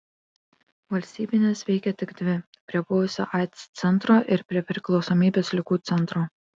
valstybinės veikė tik dvi prie buvusio aids centro ir prie priklausomybės ligų centro